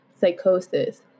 psychosis